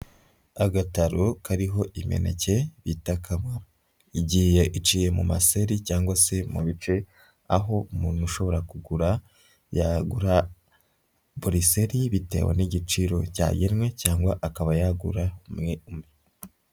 Agataro kariho imineke bita kamara. Igiye iciye mu maseri cyangwa se mu bice, aho umuntu ushobora kugura yagura buri seri bitewe n'igiciro cyagenwe cyangwa akaba yagura umwe umwe.